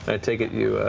take it you,